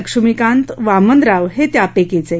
लक्ष्मीकांत वामनराव हे त्यापैकीच एक